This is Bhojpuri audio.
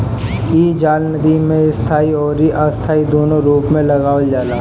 इ जाल नदी में स्थाई अउरी अस्थाई दूनो रूप में लगावल जाला